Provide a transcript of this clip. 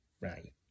Right